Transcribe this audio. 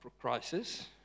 crisis